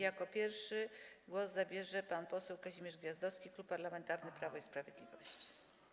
Jako pierwszy głos zabierze pan poseł Kazimierz Gwiazdowski, Klub Parlamentarny Prawo i Sprawiedliwość.